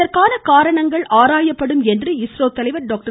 இதற்கான காரணங்கள் ஆராயப்படும் என்றுஇஸ்ரோ தலைவர் டாக்டர்